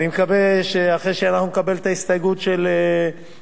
אני מקווה שאחרי שאנחנו נקבל את ההסתייגות של השר,